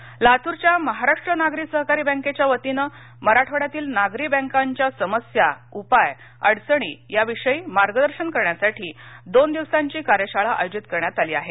bank कार्यशाळा लातूरच्या महाराष्ट्र नागरी सहकारी बॅकेच्या वतीनं मराठवाड्यातील नागरी बॅकाच्या समस्या उपाय अडचणी याविषयी मार्गदर्शन करण्यासाठी दोन दिवसाची कार्यशाळा आयोजित करण्यात आली आहे